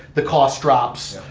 the cause drops.